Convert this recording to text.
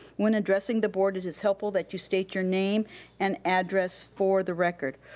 when addressing the board, it is helpful that you state your name and address for the record.